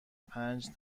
پنج